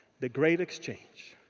the great exchange.